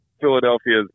Philadelphia's